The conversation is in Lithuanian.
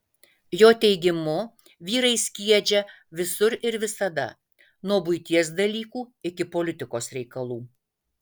jo teigimu vyrai skiedžia visur ir visada nuo buities dalykų iki politikos reikalų